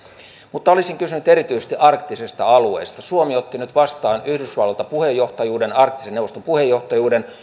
mutta olisin kysynyt erityisesti arktisesta alueesta suomi otti nyt vastaan yhdysvalloilta arktisen neuvoston puheenjohtajuuden